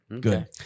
Good